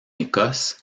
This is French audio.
écosse